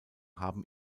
haben